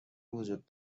وجود